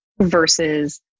versus